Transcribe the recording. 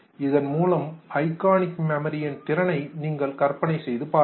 இதன் மூலமாக iconic memory திறனை நீங்கள் கற்பனை செய்து பாருங்கள்